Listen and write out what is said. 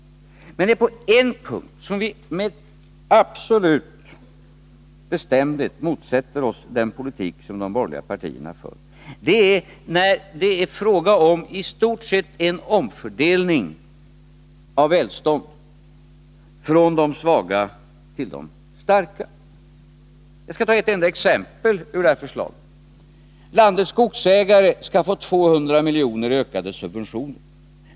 Men det är på en punkt vi med absolut bestämdhet motsätter oss den politik som de borgerliga partierna för. Det är när det är fråga om i stort sett en omfördelning av välståndet från de svaga till de starka. Jag skall ta ett enda exempel ur förslaget. Landets skogsägare skall få 200 miljoner i ökade subventioner.